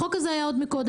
החוק הזה היה עוד מקודם.